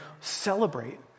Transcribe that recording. celebrate